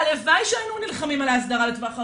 הלוואי שהיינו נלחמים על ההסדרה לטווח ארוך.